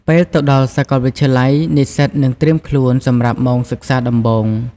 ពេលទៅដល់សាកលវិទ្យាល័យ និស្សិតនឹងត្រៀមខ្លួនសម្រាប់ម៉ោងសិក្សាដំបូង។